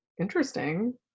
interesting